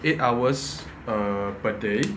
eight hours err per day